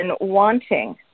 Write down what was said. wanting